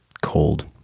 cold